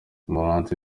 umuhanzi